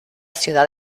ciudad